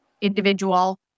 individual